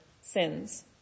sins